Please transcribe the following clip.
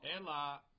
Ela